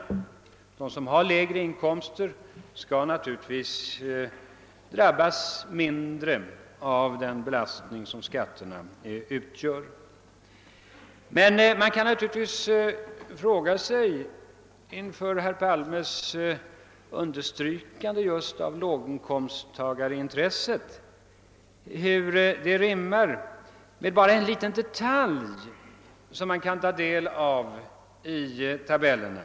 Personer som har lägre inkomster skall naturligtvis drabbas mindre hårt av den belastning, som skatterna utgör. Eftersom herr Palme understryker sitt intresse för just låginkomsttagarna kan man naturligtvis fråga sig, hur detta rimmar med en liten detalj, som man kan ta del av i tabellerna.